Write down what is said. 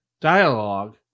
dialogue